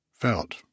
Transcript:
felt